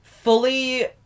Fully